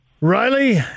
Riley